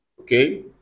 Okay